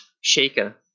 Shaker